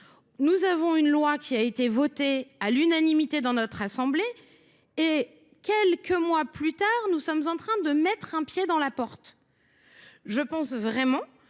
Nous avons une loi qui a été votée à l'unanimité dans notre assemblée et quelques mois plus tard, nous sommes en train de mettre un pied dans la porte. Je pense vraiment